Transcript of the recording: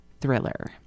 Thriller